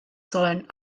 sollen